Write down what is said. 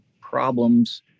problems